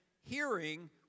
hearing